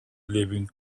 living